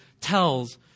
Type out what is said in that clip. tells